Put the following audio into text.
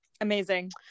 Amazing